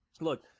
Look